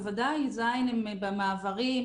בוודאי, ז' הם במעברים,